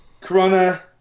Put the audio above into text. Corona